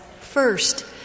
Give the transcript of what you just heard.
First